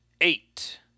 Eight